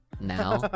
now